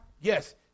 Yes